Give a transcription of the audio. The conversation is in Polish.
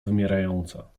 wymierająca